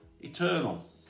eternal